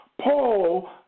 Paul